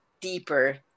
deeper